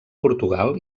portugal